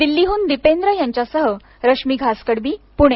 दिल्लीहून दीपेन्द्र यांच्यासह रश्मी घासकडबी पुणे